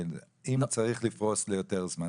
אם צריך לפרוס ליותר זמן.